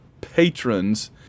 patrons